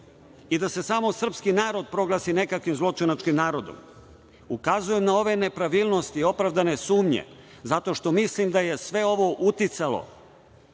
i da se samo srpski narod proglasi nekakvim zločinačkim narodom. Ukazujem na ove nepravilnosti i opravdane sumnje zato što mislim da je sve ovo uticalo